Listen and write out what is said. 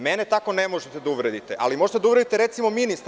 Mene tako ne možete da uvredite, ali možete da uvredite ministra.